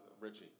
Richie